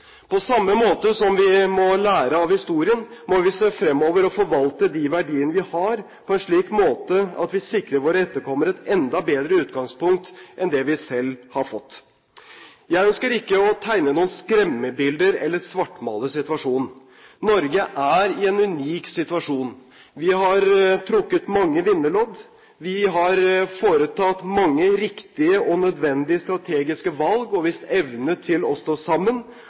På samme måte som vi må lære av historien, må vi se fremover og forvalte de verdiene vi har, på en slik måte at vi sikrer våre etterkommere et enda bedre utgangspunkt enn det vi selv har fått. Jeg ønsker ikke å tegne noen skremmebilder eller svartmale situasjonen. Norge er i en unik situasjon. Vi har trukket mange vinnerlodd. Vi har foretatt mange riktige og nødvendige strategiske valg og vist evne til å stå sammen,